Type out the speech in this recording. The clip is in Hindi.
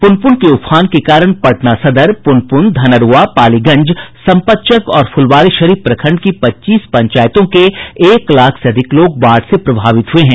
पुनपुन के उफान के कारण पटना सदर पुनपुन धनरूआ पालीगंज संपतचक और फूलवारीशरीफ प्रखंड की पच्चीस पंचायतों के एक लाख से अधिक लोग बाढ़ से प्रभावित हुए हैं